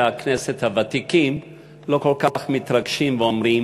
הכנסת הוותיקים לא כל כך מתרגשים ממנו ואומרים: